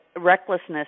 Recklessness